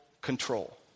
control